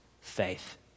faith